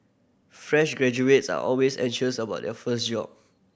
fresh graduates are always anxious about their first job